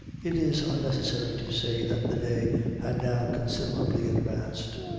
it is unnecessary to say that the day had now considerably advanced,